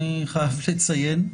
אני חייב לציין,